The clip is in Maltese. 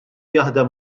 jaħdem